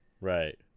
Right